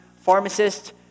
pharmacist